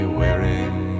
wearing